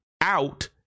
out